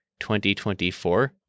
2024